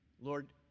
Lord